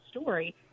story